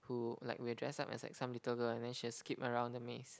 who like will dress up as like some little girl and then she will skip around the maze